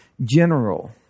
general